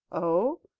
oh!